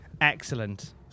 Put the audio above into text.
Excellent